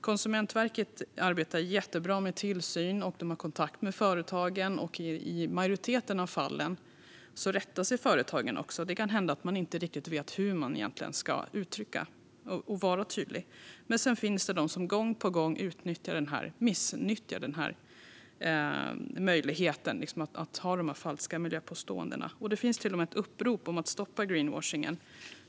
Konsumentverket arbetar jättebra med tillsyn och har kontakt med företagen. I majoriteten av fallen rättar sig företagen. Det kan hända att de inte riktigt vet hur de ska uttrycka sig och vara tydliga. Men sedan finns det de som gång på gång utnyttjar möjligheten att ha falska miljöpåståenden. Det finns till och med ett upprop om att stoppa greenwashing.